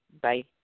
Bye